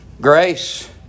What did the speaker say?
Grace